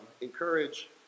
encourage